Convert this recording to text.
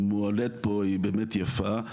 שמועלית פה היא באמת יפה,